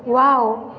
wow